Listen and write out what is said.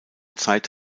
zeit